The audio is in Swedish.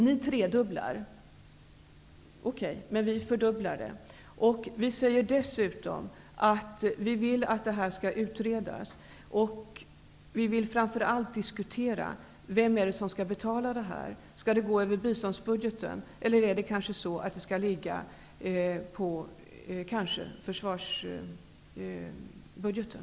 Ni föreslår en tredubbling. Vi säger dessutom att vi vill att denna fråga skall utredas, och vi vill framför allt diskutera vem det är som skall betala detta. Skall det gå över biståndsbudgeten eller skall det ligga på försvarsbudgeten?